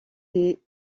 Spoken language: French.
des